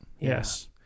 Yes